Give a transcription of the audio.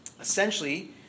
Essentially